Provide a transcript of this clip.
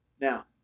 Now